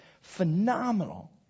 phenomenal